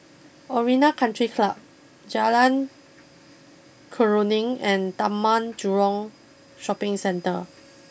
Arena country Club Jalan Keruing and Taman Jurong Shopping Centre